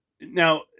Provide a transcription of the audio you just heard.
Now